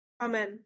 Amen